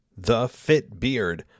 TheFitBeard